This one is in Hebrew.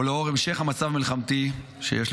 ולאור המשך המצב המלחמתי שיש,